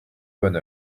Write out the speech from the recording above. bonne